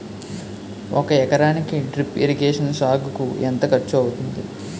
ఒక ఎకరానికి drip irrigation సాగుకు ఎంత ఖర్చు అవుతుంది?